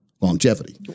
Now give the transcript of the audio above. longevity